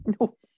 No